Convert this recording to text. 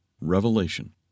Revelation